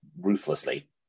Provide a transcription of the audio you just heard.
ruthlessly